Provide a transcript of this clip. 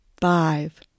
five